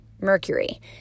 mercury